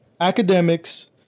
academics